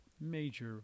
major